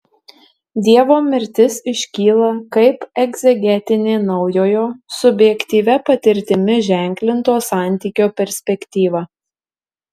dievo mirtis iškyla kaip egzegetinė naujojo subjektyvia patirtimi ženklinto santykio perspektyva